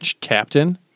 captain